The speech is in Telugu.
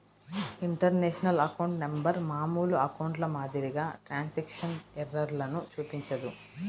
ఇంటర్నేషనల్ అకౌంట్ నంబర్ మామూలు అకౌంట్ల మాదిరిగా ట్రాన్స్క్రిప్షన్ ఎర్రర్లను చూపించదు